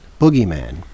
Boogeyman